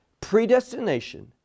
predestination